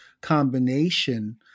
combination